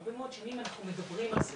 הרבה מאוד שנים אנחנו מדברים על זה,